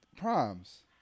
proms